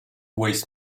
waste